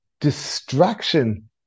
distraction